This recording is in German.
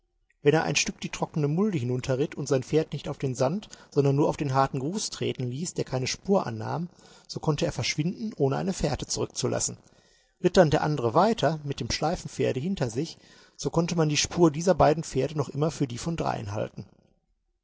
wenn er ein stück die trockene mulde hinunterritt und sein pferd nicht auf den sand sondern nur auf den harten grus treten ließ der keine spur annahm so konnte er verschwinden ohne eine fährte zurückzulassen ritt dann der andere weiter mit dem schleifenpferde hinter sich so konnte man die spur dieser beiden pferde noch immer für die von dreien halten